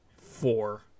four